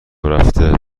رفته